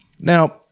Now